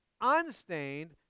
unstained